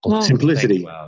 Simplicity